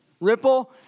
ripple